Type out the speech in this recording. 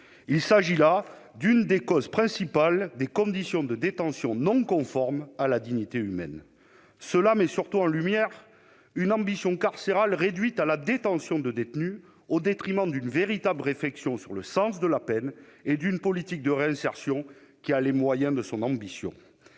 Il s'agit de l'une des causes principales des conditions de détention non conformes à la dignité humaine. Cela met surtout en lumière une ambition carcérale réduite à la détention de détenus, au détriment d'une véritable réflexion sur le sens de la peine et d'une politique de réinsertion ayant les moyens de ses ambitions.